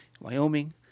Wyoming